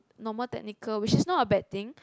normal technical which is not a bad thing